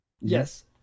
Yes